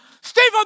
Stephen